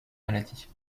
maladies